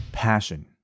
passion